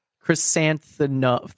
chrysanthemum